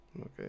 okay